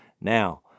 Now